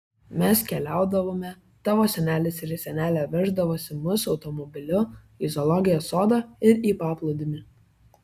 mes keliaudavome tavo senelis ir senelė veždavosi mus automobiliu į zoologijos sodą ir į paplūdimį